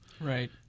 Right